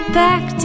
back